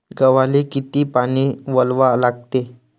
गव्हाले किती पानी वलवा लागते?